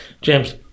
James